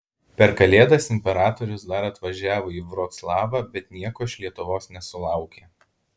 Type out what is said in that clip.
per kalėdas imperatorius dar atvažiavo į vroclavą bet nieko iš lietuvos nesulaukė